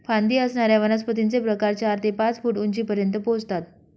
फांदी असणाऱ्या वनस्पतींचे प्रकार चार ते पाच फूट उंचीपर्यंत पोहोचतात